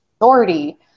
authority